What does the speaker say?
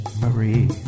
Marie